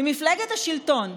ממפלגת השלטון,